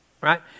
right